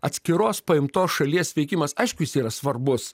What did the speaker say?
atskiros paimtos šalies veikimas aišku jis yra svarbus